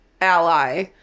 Ally